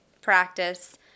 practice